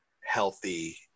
healthy